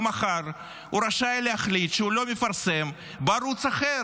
ומחר הוא רשאי להחליט שהוא לא מפרסם בערוץ אחר.